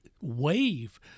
wave